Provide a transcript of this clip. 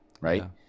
right